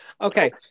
Okay